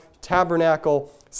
tabernacle